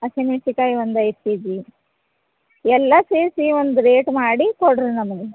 ಹಸಿಮೆನ್ಸಿಕಾಯ್ ಒಂದು ಐದು K G ಎಲ್ಲ ಸೇರಿಸಿ ಒಂದು ರೇಟ್ ಮಾಡಿ ಕೊಡ್ರಿ ನಮ್ಗೆ